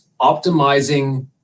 optimizing